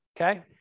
okay